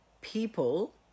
people